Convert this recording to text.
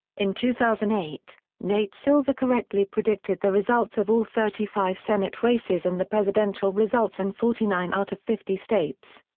in two thousand and eight, nate silver correctly predicted the results of all thirty five senate races and the presidential results in forty nine out of fifty states.